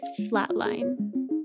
Flatline